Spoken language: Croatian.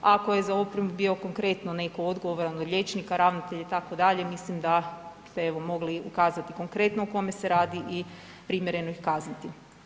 Ako je za ... bio konkretno netko odgovoran od liječnika, ravnatelj itd., mislim da ste evo mogli ukazati konkretno o kome se radi i primjereno ih kazniti.